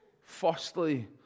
Firstly